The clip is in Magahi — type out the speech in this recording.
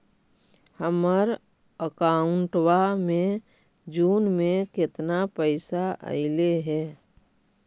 हमर अकाउँटवा मे जून में केतना पैसा अईले हे?